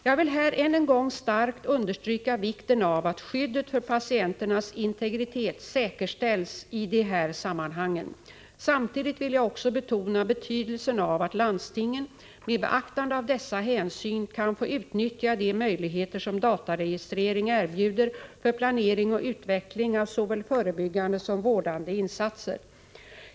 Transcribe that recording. Jag vill här än en gång starkt understryka vikten av att skyddet för patienternas integritet säkerställs i de här sammanhangen. Samtidigt vill jag också betona betydelsen av att landstingen — med beaktande av dessa hänsyn — kan få utnyttja de möjligheter som dataregistrering erbjuder för planering och utveckling av såväl förebyggande som vårdande insatser.